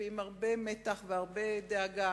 ועם הרבה מתח ודאגה,